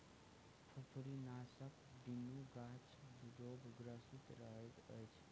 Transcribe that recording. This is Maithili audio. फुफरीनाशकक बिनु गाछ रोगग्रसित रहैत अछि